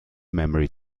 memory